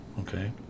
Okay